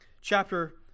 chapter